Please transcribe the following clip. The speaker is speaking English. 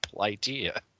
idea